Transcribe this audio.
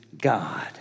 God